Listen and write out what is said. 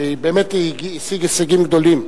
שבאמת השיג הישגים גדולים.